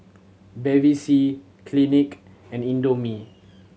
Bevy C Clinique and Indomie